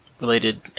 related